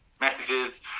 messages